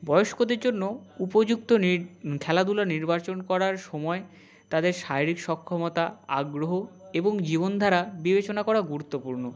বয়স্কদের জন্য উপযুক্ত খেলাধূলা নির্বাচন করার সময় তাদের শারীরিক সক্ষমতা আগ্রহ এবং জীবনধারা বিবেচনা করা গুরুত্বপূর্ণ